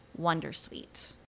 wondersuite